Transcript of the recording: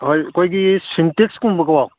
ꯍꯣꯏ ꯑꯩꯈꯣꯏꯒꯤ ꯁꯤꯟꯇꯦꯛꯁꯀꯨꯝꯕꯀꯣ